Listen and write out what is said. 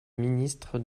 ministre